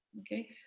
Okay